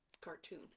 cartoon